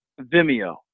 vimeo